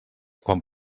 quan